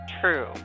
true